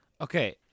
Okay